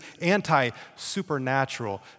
anti-supernatural